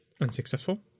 unsuccessful